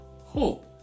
hope